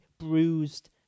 bruised